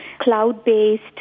cloud-based